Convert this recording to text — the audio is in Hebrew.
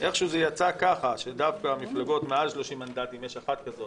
איכשהו יצא כך שדווקא מפלגות של מעל 30 מנדטים יש אחת כזאת